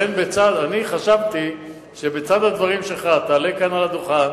חשבתי שבצד הדברים שלך, תעלה לדוכן